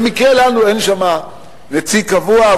במקרה לנו אין שם נציג קבוע,